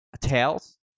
Tails